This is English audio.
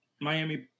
Miami